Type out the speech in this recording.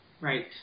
Right